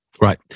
Right